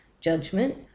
judgment